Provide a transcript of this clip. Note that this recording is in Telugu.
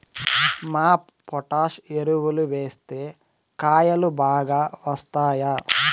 మాప్ పొటాష్ ఎరువులు వేస్తే కాయలు బాగా వస్తాయా?